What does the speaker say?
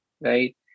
right